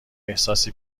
احساس